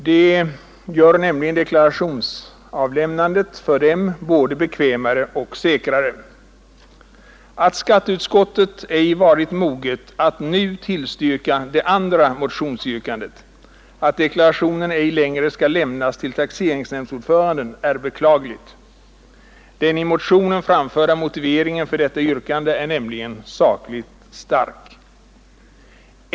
Det gör nämligen deklarationsavlämnandet för dem både bekvämare och säkrare. Att skatteutskottet ej varit moget att nu tillstyrka det andra motionsyrkandet — att deklarationen ej längre skall lämnas till taxeringsnämndsordföranden — är beklagligt. Den i motionen framförda motiveringen för detta yrkande är nämligen sakligt stark.